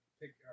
pick